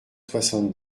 soixante